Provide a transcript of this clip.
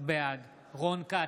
בעד רון כץ,